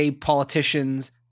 politicians